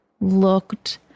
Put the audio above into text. looked